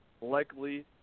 likely